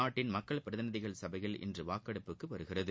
நாட்டின் மக்கள் பிரதிநிதிகள் சபையில் இன்று வாக்கெடுப்பு கோரியது